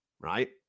right